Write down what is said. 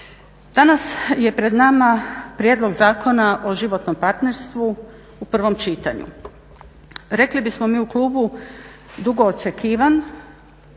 Danas je pred nama Prijedlog zakona o životnom partnerstvu u prvom čitanju. Rekli bismo mi u klubu dugo očekivan,